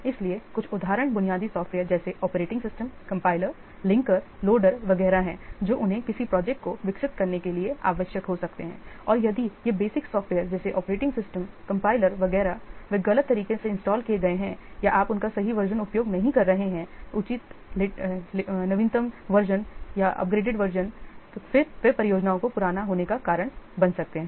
इसलिए कुछ उदाहरण बुनियादी सॉफ्टवेयर जैसे operating system compiler linkers loader वगैरह हैं जो उन्हें किसी प्रोजेक्ट को विकसित करने के लिए आवश्यक हो सकते हैं और यदि ये बेसिक सॉफ्टवेयर जैसे ऑपरेटिंग सिस्टम कंपाइलर वगैरह वे गलत तरीके से इंस्टॉल किए गए हैं या आप उनका सही वर्ज़न उपयोग नहीं कर रहे हैं उचित लेटेस्ट वर्ज़न अपग्रेडेड वर्ज़न फिरवे परियोजनाओं का पुराना होने का कारण बन सकते हैं